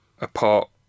apart